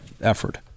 effort